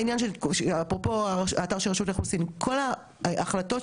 כל ההחלטות של השרה גם בעניין הזה הן מאוד עמומות,